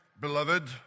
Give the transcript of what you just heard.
beloved